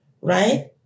right